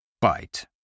Bite